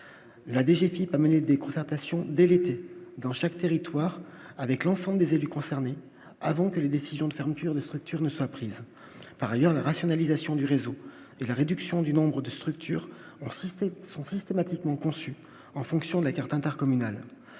Philippe à mener des concertations dès l'été, dans chaque territoire avec l'ensemble des élus concernés, avant que les décisions de fermeture de structures ne soit prise par ailleurs la rationalisation du réseau, la réduction du nombre de structures sont systématiquement conçu en fonction de la carte intercommunale,